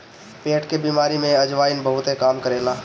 पेट के बेमारी में अजवाईन बहुते काम करेला